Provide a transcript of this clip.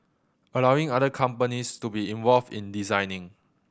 allowing other companies to be involved in designing